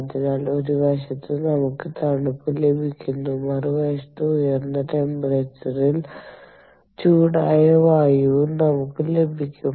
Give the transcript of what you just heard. അതിനാൽ ഒരു വശത്ത് നമുക്ക് തണുപ്പ് ലഭിക്കുന്നു മറുവശത്ത് ഉയർന്ന ടെമ്പറേച്ചറിൽ ചൂടായ വായുവും നമുക്ക് ലഭിക്കും